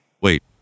Wait